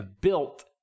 built